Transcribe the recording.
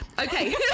Okay